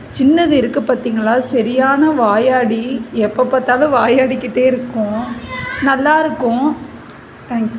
சின்னது இருக்குது பார்த்தீங்களா சரியான வாயாடி எப்போ பார்த்தாலும் வாயாடிக்கிட்டே இருக்கும் நல்லாயிருக்கும் தேங்க்ஸ்